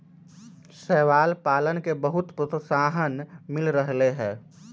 शैवाल पालन के बहुत प्रोत्साहन मिल रहले है